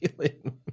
feeling